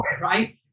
right